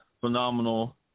phenomenal